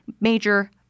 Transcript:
major